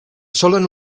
solen